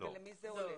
ולמי זה הולך.